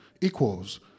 equals